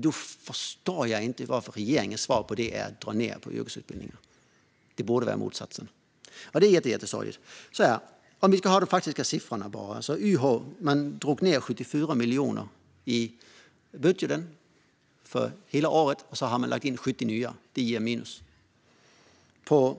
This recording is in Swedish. Då förstår jag inte varför regeringens svar på detta är att dra ned på yrkesutbildningen. Det borde vara motsatsen. Det är jättesorgligt. De faktiska siffrorna är att man drog ned på YH med 74 miljoner i budgeten för hela året, och så har man lagt in 70 nya miljoner. Det ger minus. På